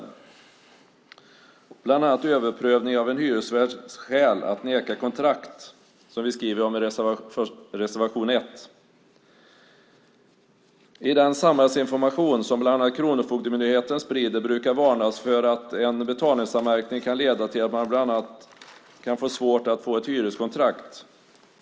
De gäller bland annat överprövning av en hyresvärds skäl att neka kontrakt, som vi skriver om i reservation 1. I den samhällsinformation som bland annat Kronofogdemyndigheten sprider brukar varnas för att en betalningsanmärkning kan leda till att man bland annat kan få svårt att få ett hyreskontrakt.